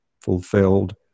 fulfilled